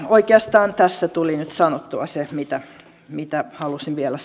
oikeastaan tässä tuli nyt sanottua se mitä mitä halusin vielä